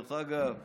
דרך אגב,